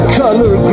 color